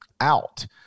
out